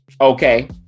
Okay